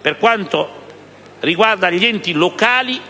Per quanto riguarda gli enti locali,